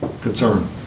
concern